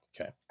okay